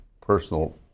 personal